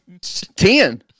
Ten